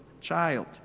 child